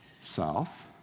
South